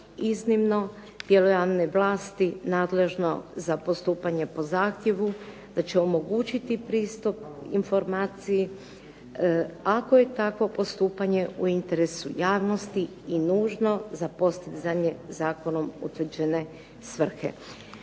iznimno tijelo javne vlasti nadležno za postupanje po zahtjevu da će omogućiti pristup informaciji ako je takvo postupanje u interesu javnosti i nužno za postizanje zakonom utvrđene svrhe.